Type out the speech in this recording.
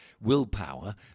willpower